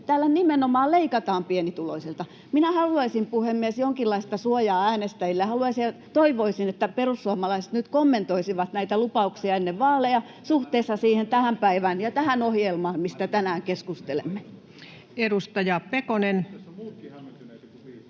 Täällä nimenomaan leikataan pienituloisilta. Minä haluaisin, puhemies, jonkinlaista suojaa äänestäjille. Toivoisin, että perussuomalaiset nyt kommentoisivat näitä lupauksia ennen vaaleja suhteessa tähän päivään ja tähän ohjelmaan, mistä tänään keskustelemme. [Petri Huru: Mites demareiden